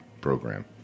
program